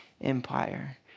Empire